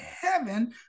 heaven